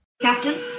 Captain